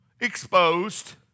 exposed